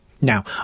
Now